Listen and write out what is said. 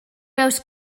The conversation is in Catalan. peus